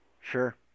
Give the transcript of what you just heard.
sure